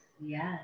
yes